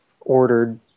ordered